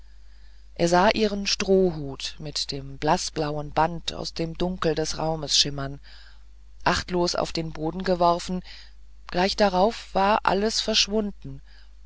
er sah ihren strohhut mit dem blaßblauen band aus dem dunkel des raumes schimmern achtlos auf den boden geworfen gleich darauf war alles verschwunden